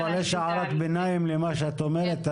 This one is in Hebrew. אבל יש הערת ביניים למה שאת אומרת,